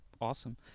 awesome